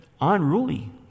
unruly